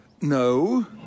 no